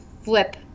flip